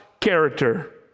character